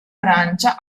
arancia